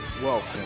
Welcome